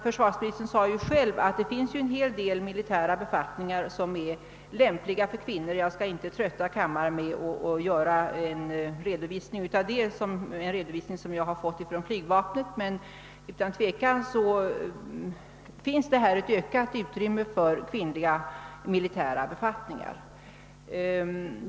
Försvarsministern sade själv att det finns en hel del militära befattningar som är lämpade för kvinnor. Jag skall inte trötta kammaren med att ge en redovisning beträffande tänkbara tjänster som jag erhållit från flygvapnet utan endast konstatera att de är många. Utan tvivel finns det ett ökat utrymme för militära befattningar som även kan rekryteras av kvinnor.